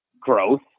growth